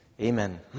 Amen